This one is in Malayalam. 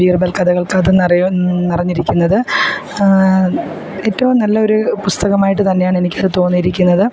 ബീര്ബല്ക്കഥകള് കഥ നിറയെ നിറഞ്ഞിരിക്കുന്നത് ഏറ്റവും നല്ല ഒരു പുസ്തകമായിട്ടു തന്നെയാണെനിക്ക് തോന്നിയിരിക്കുന്നത്